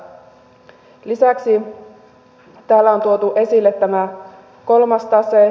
lisäksi täällä on tuotu esille tämä kolmas tase